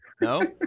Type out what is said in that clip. No